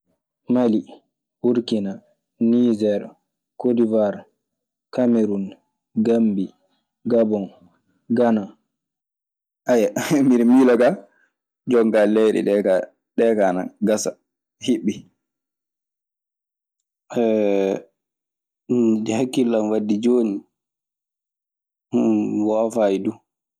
Mali, Burkina, Niger, Kodiware, Kamerun Gammbi, Gabon, Gana. miɗe miila kaa, jonkaa, leyɗe ɗee kaa, ɗee kaa ana gasa, hiɓɓii. Hŋkkille an waddi jooni mi woofaayi du.